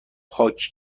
پاک